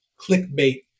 clickbait